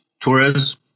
Torres